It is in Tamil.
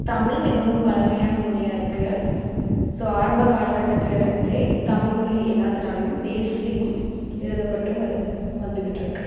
தமிழ் மிகவும் பழமையான மொழியா இருக்குது ஸோ ஆரம்ப காலக்கட்டத்தில் இருந்தே தமிழ் மொழி எல்லாத்துனாலேயும் பேசியும் எழுதப்பட்டும் வரும் வந்துக்கிட்டிருக்கு